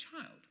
child